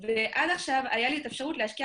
ועד עכשיו הייתה לי האפשרות להשקיע